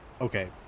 okay